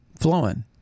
flowing